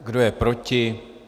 Kdo je proti?